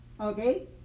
okay